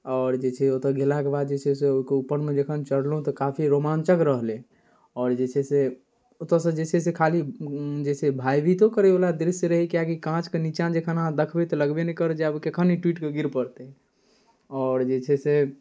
आओर जे छै ओतऽ गेलाके बाद जे छै से ओहिके उपरमे जखन चढ़लहुँ तऽ काफी रोमाञ्चक रहलै आओर जे छै से ओतऽसँ जे छै से खाली जे छै भयभीतो करैवला दृश्य रहै किएकि काँचके निचाँ जखन अहाँ देखबै तऽ लगबे नहि करत जे आब कखन ई टुटिकऽ गिर पड़तै आओर जे छै से